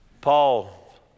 Paul